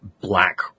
Black